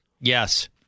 Yes